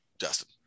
Justin